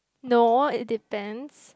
no it depends